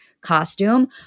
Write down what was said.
costume